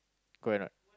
correct not